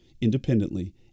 independently